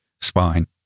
spine